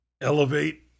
elevate